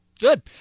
Good